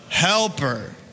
helper